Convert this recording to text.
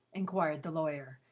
inquired the lawyer,